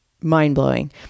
Mind-blowing